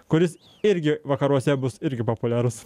kuris irgi vakaruose bus irgi populiarus